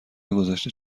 گذشته